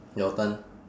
your turn